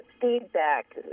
feedback